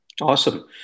Awesome